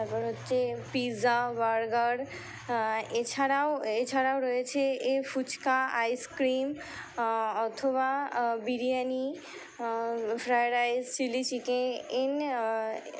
তারপর হচ্ছে pizza burger এছাড়াও এছাড়াও রয়েছে এ ফুচকা আইসক্রিম অথবা biryani fried rice chilli chicken N